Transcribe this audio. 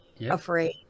afraid